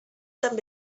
també